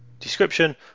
description